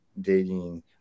dating